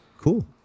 Cool